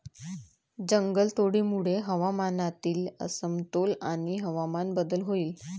जंगलतोडीमुळे हवामानातील असमतोल आणि हवामान बदल होईल